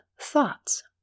Thoughts